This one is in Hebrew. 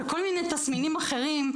ולכל מיני תסמינים אחרים.